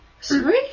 Sorry